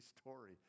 story